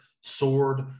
sword